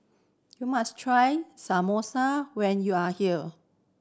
you must try Samosa when you are here